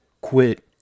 quit